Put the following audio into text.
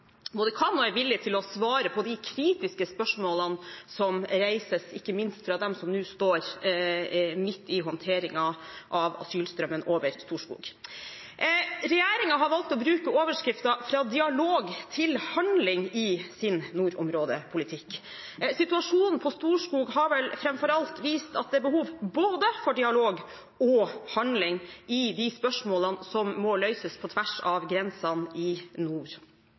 både kan og er villig til å svare på de kritiske spørsmålene som reises, ikke minst fra dem som nå står midt i håndteringen av asylstrømmen over Storskog. Regjeringen har valgt å bruke overskriften «Fra dialog til handling» i sin nordområdepolitikk. Situasjonen på Storskog har vel framfor alt vist at det er behov for både dialog og handling i de spørsmålene som må løses på tvers av grensene i nord.